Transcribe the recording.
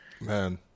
Man